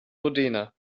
modena